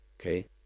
Okay